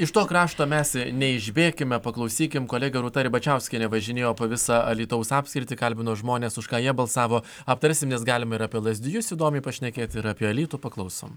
iš to krašto mes neišbėkime paklausykime kolegė rūta ribačiauskienė važinėjo po visą alytaus apskritį kalbino žmones už ką jie balsavo aptarsim nes galim ir apie lazdijus įdomiai pašnekėti ir apie alytų paklausom